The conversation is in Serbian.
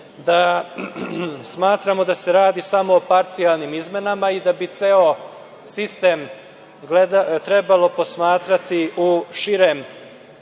da smatramo da se radi samo o parcijalnim izmenama i da bi ceo sistem trebalo posmatrati u širem